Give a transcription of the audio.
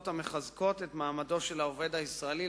המחזקות את מעמדו של העובד הישראלי,